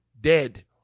dead